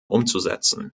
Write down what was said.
umzusetzen